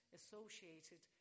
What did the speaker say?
associated